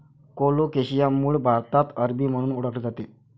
colocasia मूळ भारतात अरबी म्हणून ओळखले जाते